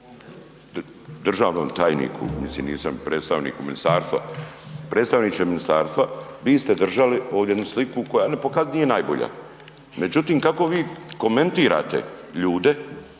Državnom tajniku, mislim nisam predstavnik u ministarstvo, predstavniče ministarstva, vi ste držali ovdje jednu sliku koja nije najbolja. Međutim, kako vi komentirate ljude